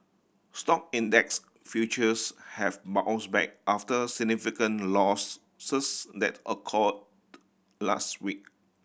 stock index futures have bounced back after significant losses that occurred last week